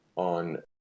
On